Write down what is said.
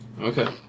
Okay